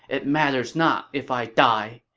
it matters not if i die.